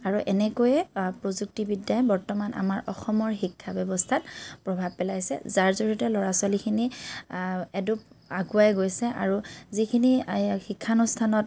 আৰু এনেকৈয়ে প্ৰযুক্তিবিদ্যাই বৰ্তমান আমাৰ অসমৰ শিক্ষা ব্যৱস্থাত প্ৰভাৱ পেলাইছে যাৰ জৰিয়তে ল'ৰা ছোৱালীখিনি এদোপ আগুৱাই গৈছে আৰু যিখিনি শিক্ষানুষ্ঠানত